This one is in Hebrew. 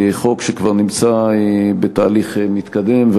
חוק שכבר נמצא בתהליך מתקדם,